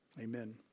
Amen